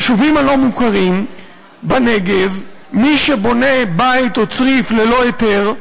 ביישובים הלא-מוכרים בנגב מי שבונה בית או צריף ללא היתר,